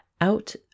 out